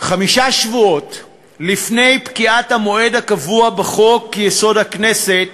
חמישה שבועות לפני פקיעת המועד הקבוע בחוק-יסוד: הכנסת